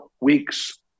weeks